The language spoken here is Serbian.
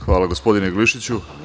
Hvala, gospodine Glišiću.